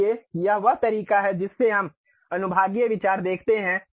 इसलिए यह वह तरीका है जिससे हम अनुभागीय विचार देखते हैं